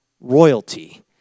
royalty